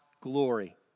glory